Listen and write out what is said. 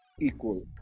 equal